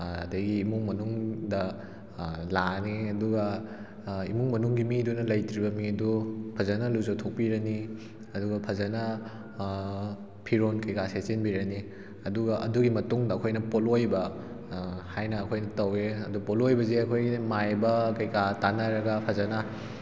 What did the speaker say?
ꯑꯗꯒꯤ ꯏꯃꯨꯡ ꯃꯅꯨꯡꯗ ꯂꯥꯛꯑꯅꯤ ꯑꯗꯨꯒ ꯏꯃꯨꯡ ꯃꯅꯨꯡꯒꯤ ꯃꯤꯗꯨꯅ ꯂꯩꯇ꯭ꯔꯤꯕ ꯃꯤ ꯑꯗꯨ ꯐꯖꯅ ꯂꯨꯖꯊꯣꯛꯄꯤꯔꯅꯤ ꯑꯗꯨꯒ ꯐꯖꯅ ꯐꯤꯔꯣꯟ ꯀꯩꯀꯥ ꯁꯦꯠꯆꯤꯟꯕꯤꯔꯅꯤ ꯑꯗꯨꯒ ꯑꯗꯨꯒꯤ ꯃꯇꯨꯡꯗ ꯑꯩꯈꯣꯏꯅ ꯄꯣꯠꯂꯣꯏꯕ ꯍꯥꯏꯅ ꯑꯩꯍꯣꯏꯅ ꯇꯧꯏ ꯑꯗꯨ ꯄꯣꯠꯂꯣꯏꯕꯁꯤ ꯑꯩꯈꯣꯏꯒꯤ ꯃꯥꯏꯕ ꯀꯩꯀꯥ ꯇꯥꯟꯅꯔꯒ ꯐꯖꯅ